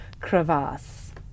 crevasse